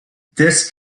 this